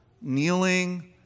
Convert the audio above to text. kneeling